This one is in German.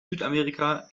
südamerika